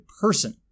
person